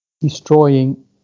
destroying